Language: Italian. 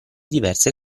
diverse